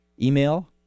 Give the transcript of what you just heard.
Email